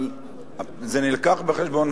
אבל זה מובא בחשבון,